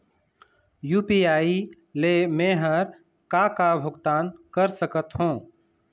UPI ले मे हर का का भुगतान कर सकत हो?